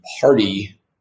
party